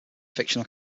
fictional